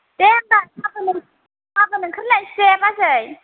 दे होनब्ला गाबोन ओंखार लायसैदे बाजै